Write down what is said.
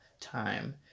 time